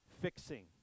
fixing